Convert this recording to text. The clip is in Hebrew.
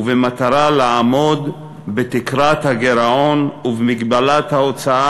ובמטרה לעמוד בתקרת הגירעון ובמגבלת ההוצאה